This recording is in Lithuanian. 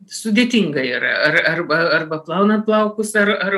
sudėtinga yra ar arba arba plaunan plaukus ar ar